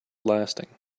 lasting